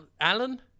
Alan